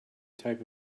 type